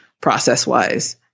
process-wise